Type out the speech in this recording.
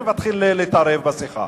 ומתחיל להתערב בשיחה.